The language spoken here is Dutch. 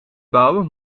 bouwen